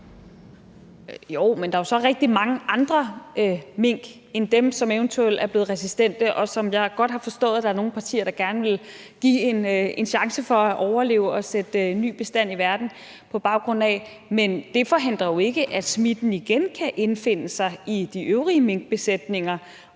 rigtig mange andre mink end dem, som eventuelt er blevet resistente, og som jeg godt har forstået at nogle partier gerne vil give en chance for at overleve, så man kan sætte en ny bestand i verden på baggrund af dem. Men det forhindrer jo ikke, at smitten igen kan indfinde sig i de øvrige minkbesætninger